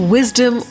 Wisdom